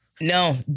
No